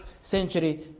century